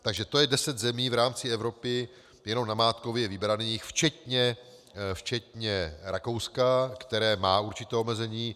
Takže to je deset zemí v rámci Evropy jenom namátkově vybraných, včetně Rakouska, které má určité omezení.